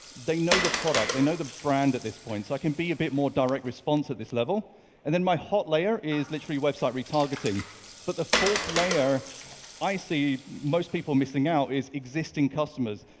they know the product, they know the brand at this point. so i can be a bit more direct response at this level and then my hot layer is literally website retargeting but the fourth layer i see most people missing out is existing customers.